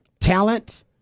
talent